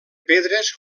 pedres